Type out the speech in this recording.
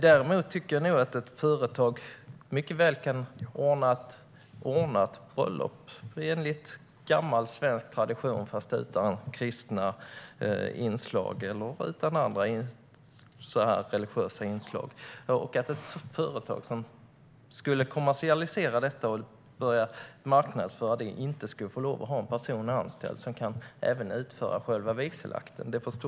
Jag tycker att ett företag mycket väl kan anordna ett ordnat bröllop enligt gammal svensk tradition men utan kristna eller andra religiösa inslag. Jag förstår egentligen inte varför man motsätter sig att ett företag som kommersialiserar och börjar marknadsföra detta får ha en person anställd som även kan utföra själva vigselakten.